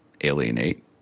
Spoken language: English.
alienate